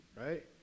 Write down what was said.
right